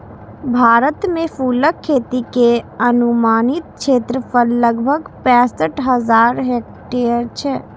भारत मे फूलक खेती के अनुमानित क्षेत्रफल लगभग पैंसठ हजार हेक्टेयर छै